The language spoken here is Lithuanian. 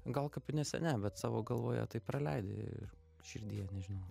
gal kapinėse ne bet savo galvoje tai praleidi ir širdyje nežinau